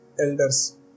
elders